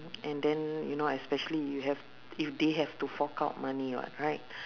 and then you know especially you have if they have to fork out money [what] right